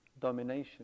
domination